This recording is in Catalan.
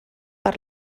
per